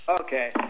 Okay